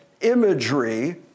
imagery